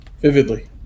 Vividly